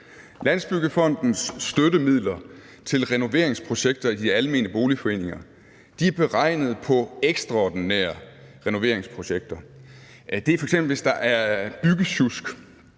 Landsbyggefondens støttemidler til renoveringsprojekter i de almene boligforeninger er beregnet på ekstraordinære renoveringsprojekter. Det er f.eks., hvis der er tale om byggesjusk